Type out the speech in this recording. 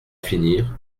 finir